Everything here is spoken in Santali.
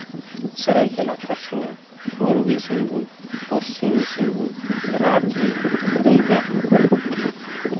ᱥᱟᱹᱨᱟᱹᱭᱠᱮᱞᱞᱟ ᱠᱷᱚᱨᱥᱚᱣᱟ ᱯᱩᱨᱵᱤ ᱥᱤᱝᱵᱷᱩᱢ ᱯᱚᱪᱷᱤᱢᱤ ᱥᱤᱝᱵᱷᱩᱢ ᱨᱟᱺᱪᱤ ᱫᱩᱢᱠᱟ